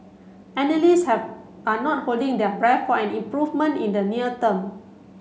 analysts have are not holding their breath for an improvement in the near term